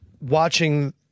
watching